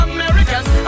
Americans